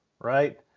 right